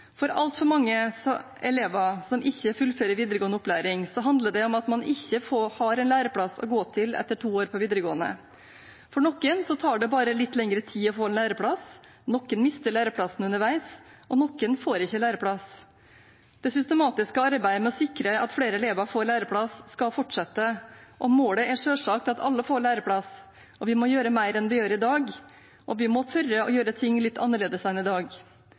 For altfor mange elever som ikke fullfører videregående opplæring, handler det om at man ikke har en læreplass å gå til etter to år på videregående. For noen tar det bare litt lengre tid å få en læreplass. Noen mister læreplassen underveis, og noen får ikke læreplass. Det systematiske arbeidet med å sikre at flere elever får læreplass, skal fortsette, og målet er selvsagt at alle får læreplass. Vi må gjøre mer enn vi gjør i dag, og vi må tørre å gjøre ting litt annerledes enn i dag.